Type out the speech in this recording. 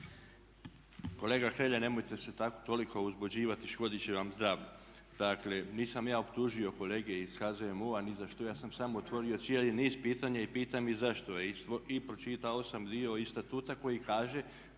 Kolega Hrelja nemojte se toliko uzbuđivati škoditi će vam zdravlju. Dakle nisam ja optužio kolege iz HZMO-a ni za što, ja sam samo utvrdio cijeli niz pitanja i pitam i zašto, i pročitao sam dio iz statuta koja kaže